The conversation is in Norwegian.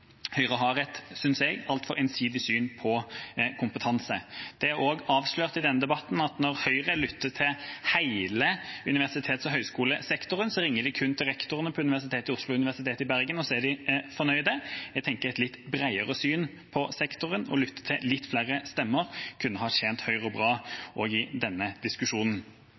Høyre har et altfor ensidig syn på kompetanse. I denne debatten har det også blitt avslørt at når Høyre lytter til hele universitets- og høyskolesektoren, ringer de kun til rektorene på Universitetet i Oslo og Universitetet i Bergen, og så er de fornøyde. Jeg tror at et litt bredere blikk på sektoren og å lytte til litt flere stemmer kunne ha tjent Høyre bra også i denne diskusjonen.